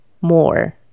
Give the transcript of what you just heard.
more